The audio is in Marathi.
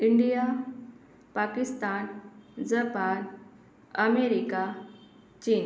इंडिया पाकिस्तान जपान अमेरिका चीन